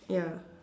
ya